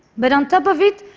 but on top of it,